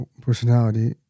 personality